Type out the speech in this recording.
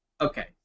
okay